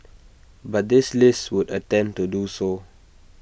but this list would attempt to do so